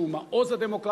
שהוא מעוז הדמוקרטיה,